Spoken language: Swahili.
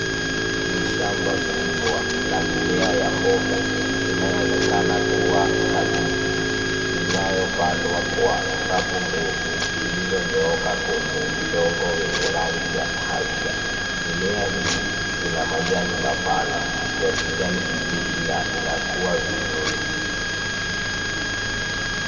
Ni shamba kubwa la mimea ya mboga inayoonekana kuwa kabeji inayopandwa kwa safu ndefu zilizonyooka kwenye udongo wenye rangi ya kahawia. Mimea hii ina majani mapana ya kijani kibichi na inakua vizuri.